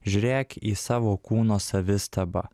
žiūrėk į savo kūno savistabą